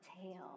tail